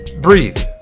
breathe